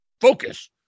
focus